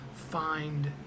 find